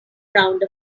around